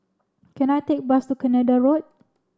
can I take bus to Canada Road